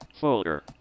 Folder